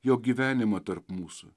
jo gyvenimą tarp mūsų